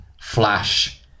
Flash